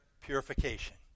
purification